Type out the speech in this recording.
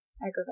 aggravate